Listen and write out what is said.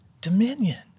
dominion